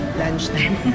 lunchtime